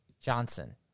Johnson